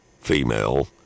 female